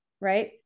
right